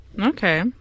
Okay